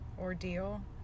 ordeal